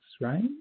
right